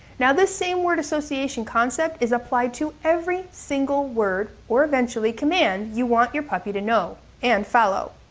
now this same word association concept is applied to every single word or eventual command you want your puppy to know and follow.